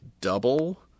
double